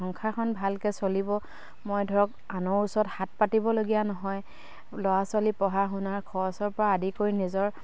সংসাৰখন ভালকে চলিব মই ধৰক আনৰ ওচৰত হাত পাতিবলগীয়া নহয় ল'ৰা ছোৱালী পঢ়া শুনাৰ খৰচৰ পৰা আদি কৰি নিজৰ